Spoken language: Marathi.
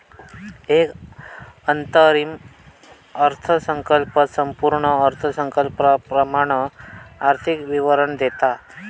एक अंतरिम अर्थसंकल्प संपूर्ण अर्थसंकल्पाप्रमाण आर्थिक विवरण देता